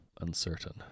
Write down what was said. uncertain